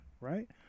right